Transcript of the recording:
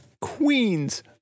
queens